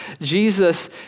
Jesus